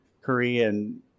Korean